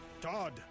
Todd